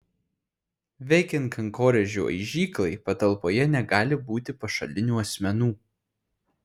veikiant kankorėžių aižyklai patalpoje negali būti pašalinių asmenų